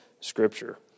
Scripture